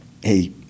hey